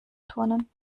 turnen